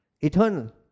Eternal